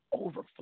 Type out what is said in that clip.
overflow